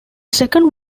second